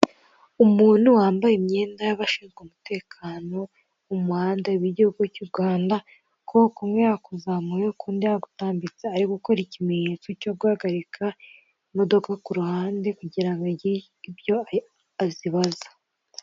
Umuntu wambaye imyenda y'abashinzwe umutekano mu muhanda w'igihugu cy'u Rwanda ukuboko kumwe yakuzamuye, ukundi yagutambitse ari gukora ikimenyetso cyo guhagarika imodoka ku ruhande kugira ngo agire ibyo azibaza.